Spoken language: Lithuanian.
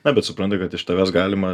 na bet supranta kad iš tavęs galima